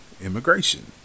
immigration